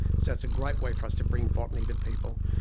so it's a great way for us to bring botany to people.